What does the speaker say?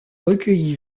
recueilli